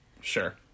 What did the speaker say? sure